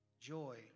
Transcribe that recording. joy